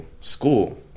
school